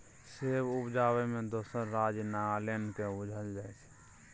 सेब उपजाबै मे दोसर राज्य नागालैंड केँ बुझल जाइ छै